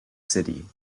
city